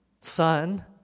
Son